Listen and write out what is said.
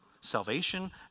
Salvation